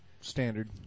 standard